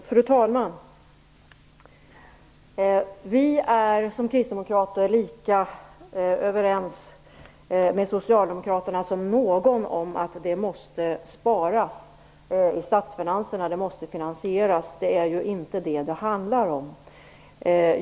Fru talman! Vi kristdemokrater är lika överens med socialdemokraterna som någon annan om att det måste sparas i statsfinanserna. Utgifter måste finansieras. Men det är inte detta det handlar om.